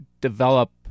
develop